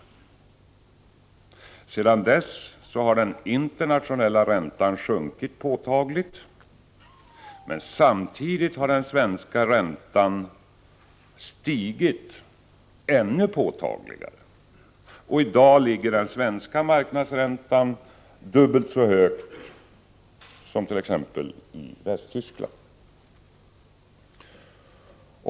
Sedan dess har den internationella räntan sjunkit påtagligt. Samtidigt har den svenska räntan stigit ännu mera påtagligt. I dag ligger den svenska marknadsräntan dubbelt så högt som i t.ex. Västtyskland.